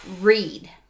read